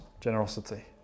generosity